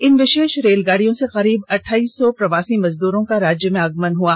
इन विषेष रेलगाड़ियों से करीब अठ्ठाइस सौ प्रवासी मजदूरों का राज्य में आगमन हुआ